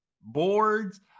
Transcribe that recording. boards